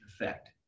effect